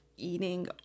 Eating